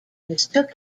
mistook